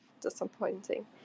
disappointing